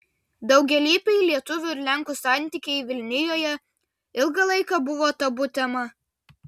daugialypiai lietuvių ir lenkų santykiai vilnijoje ilgą laiką buvo tabu tema